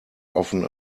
often